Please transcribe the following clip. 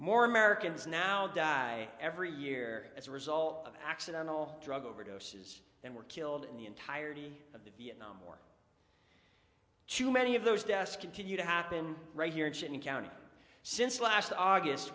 more americans now die every year as a result of accidental drug overdoses and were killed in the entirety of the vietnam war too many of those deaths continue to happen right here in sydney county since last august